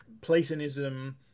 Platonism